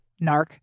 Narc